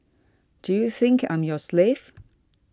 do you think I'm your slave